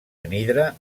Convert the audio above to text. anhidre